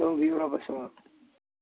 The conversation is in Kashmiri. چلو بِہِو رۄبَس حوال